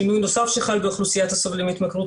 שינוי נוסף שחל באוכלוסיית הסובלים מהתמכרות,